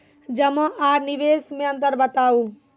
जमा आर निवेश मे अन्तर बताऊ?